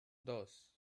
dos